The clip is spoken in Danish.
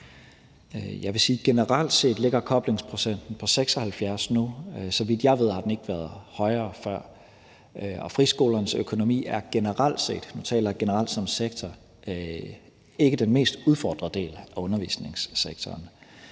Jeg vil sige, at generelt set ligger koblingsprocenten på 76 nu. Så vidt jeg ved, har den ikke været højere før. Og friskolernes økonomi er generelt set – nu taler jeg om den generelt som sektor – ikke den mest udfordrede del af undervisningssektoren.